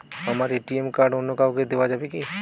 আমার ATM card অন্য কাউকে দেওয়া যাবে কি?